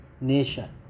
nation